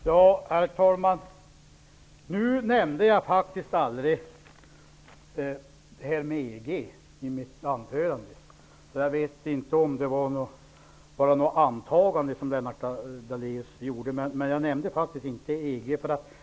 Herr talman! Nu nämnde jag faktiskt aldrig EG i mitt anförande. Det kanske bara var ett antagande som Lennart Daléus gjorde, men jag nämnde som sagt inte EG.